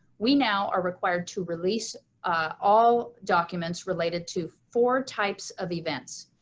we now are required to release all documents related to four types of events.